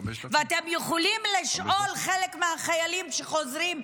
ואתם יכולים לשאול חלק מהחיילים שחוזרים,